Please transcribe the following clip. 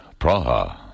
Praha